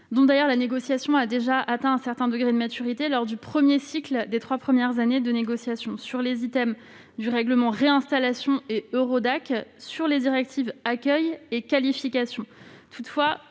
dont la négociation a déjà atteint un certain degré de maturité lors du premier cycle des trois premières années de négociation : sur les items du règlement Réinstallation et Eurodac, et sur les directives Accueil et Qualification.